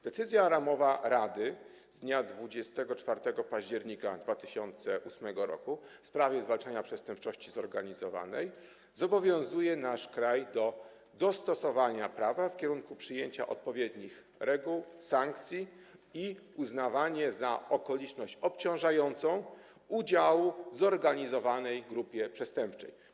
Decyzja ramowa Rady z dnia 24 października 2008 r. w sprawie zwalczania przestępczości zorganizowanej zobowiązuje nasz kraj do dostosowania prawa w kierunku przyjęcia odpowiednich reguł, sankcji i uznawania za okoliczność obciążającą udziału w zorganizowanej grupie przestępczej.